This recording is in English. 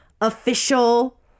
official